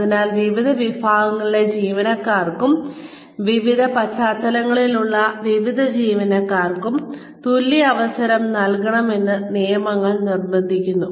അതിനാൽ വിവിധ വിഭാഗങ്ങളിലെ ജീവനക്കാർക്കും വിവിധ പശ്ചാത്തലങ്ങളിൽ നിന്നുള്ള വിവിധ ജീവനക്കാർക്കും തുല്യ അവസരം നൽകണം എന്ന് നിയമങ്ങൾ നിർബന്ധിക്കുന്നു